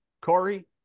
Corey